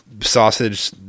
sausage